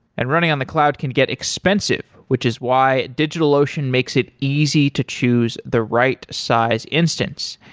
and running on the cloud can get expensive, which is why digitalocean makes it easy to choose the right size instance.